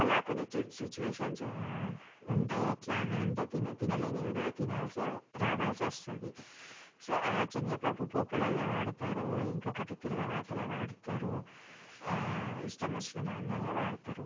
అలా కొన్ని సి సిచువేషన్స్ ఉంటాయి ఎట్లా అని అంటే తిన తినలేనివి కూడా తినాల్సి రావాల్సి వస్తుంది సో శనగపప్పు పోపులలో వాడతారు ఇంకొకటి తిరగవాతలో వాడతారు ఇష్టం వచ్చిన దానిలలో వాడతారు